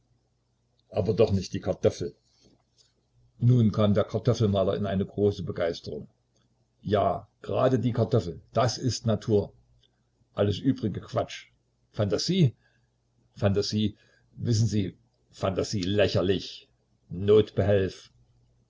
aber doch nicht die kartoffel nun kam der kartoffelmaler in eine große begeisterung ja grade die kartoffel das ist natur alles übrige quatsch phantasie phantasie wissen sie phantasie lächerlich notbehelf